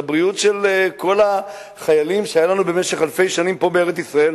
לבריאות של כל החיילים שהיו לנו במשך אלפי שנים פה בארץ-ישראל,